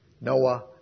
Noah